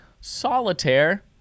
Solitaire